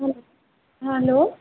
hello